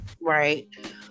Right